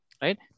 Right